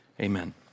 Amen